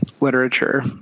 literature